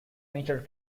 ministers